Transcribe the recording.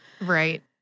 Right